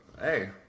Hey